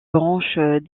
branches